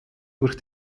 durch